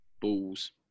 balls